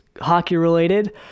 hockey-related